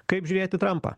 kaip žiūrėti trampą